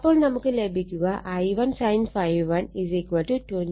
അപ്പോൾ നമുക്ക് ലഭിക്കുക I1sin ∅1 25